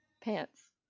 Pants